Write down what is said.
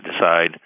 decide –